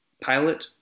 pilot